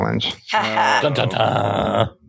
challenge